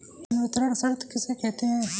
संवितरण शर्त किसे कहते हैं?